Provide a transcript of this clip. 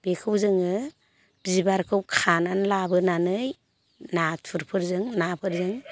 बेखौ जोङो बिबारखौ खानानै लाबोनानै नाथुरफोरजों नाफोरजों